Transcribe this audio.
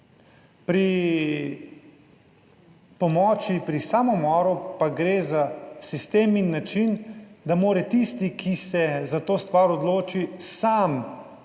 Pri pomoči pri samomoru pa gre za sistem in način, da mora tisti, ki se za to stvar odloči, sam